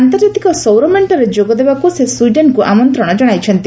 ଆନ୍ତର୍ଜାତିକ ସୌର ମେଣ୍ଟରେ ଯୋଗଦେବାକୁ ସେ ସ୍ୱିଡେନ୍କୁ ଆମନ୍ତ୍ରଣ ଜଶାଇଛନ୍ତି